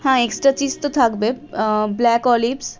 হ্যাঁ extra cheese তো থাকবে ব্ল্যাক অলিভস